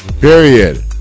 Period